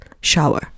shower